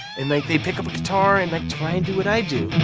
and like they pick up a guitar and like try and do what i do.